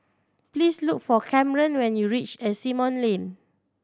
please look for Camron when you reach Asimont Lane